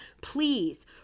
Please